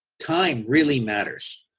time really matters.